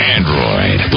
Android